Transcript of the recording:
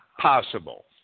possible